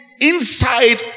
inside